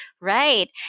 right